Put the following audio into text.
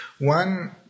One